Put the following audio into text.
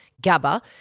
GABA